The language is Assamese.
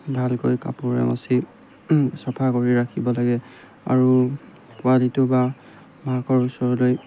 ভালকৈ কাপোৰেৰে মচি চফা কৰি ৰাখিব লাগে আৰু পোৱালিটো বা মাকৰ ওচৰলৈ